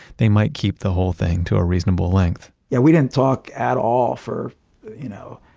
they might keep the whole thing to a reasonable length yeah, we didn't talk at all for you know,